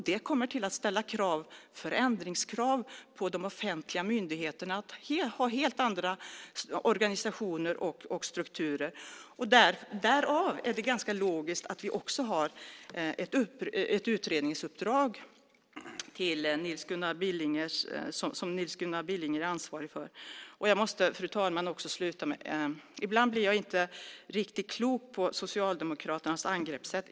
Det kommer att ställa förändringskrav på de offentliga myndigheterna att ha helt andra organisationer och strukturer. Därav är det ganska logiskt att vi också har ett utredningsuppdrag som Nils Gunnar Billinger är ansvarig för. Fru talman! Ibland blir jag inte riktigt klok på Socialdemokraternas angreppssätt.